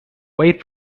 wait